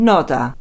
Nota